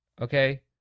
okay